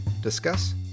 discuss